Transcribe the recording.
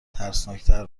ترسناکتر